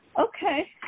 Okay